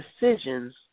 decisions